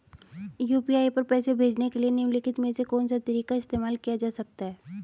UPI पर पैसे भेजने के लिए निम्नलिखित में से कौन सा तरीका इस्तेमाल किया जा सकता है?